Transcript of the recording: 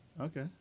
Okay